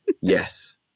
Yes